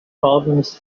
problems